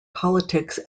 politics